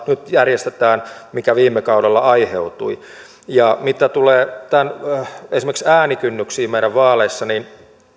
nyt järjestetään tätä sekaannusta mikä viime kaudella aiheutui mitä tulee esimerkiksi äänikynnyksiin meidän vaaleissa niin